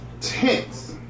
tense